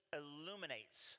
illuminates